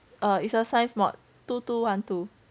it's a science mod two two one two